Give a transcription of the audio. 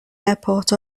airport